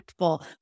impactful